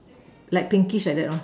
let pinky the side door